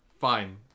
fine